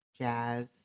jazz